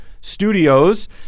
studios